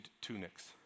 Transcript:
tunics